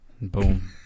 Boom